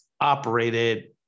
operated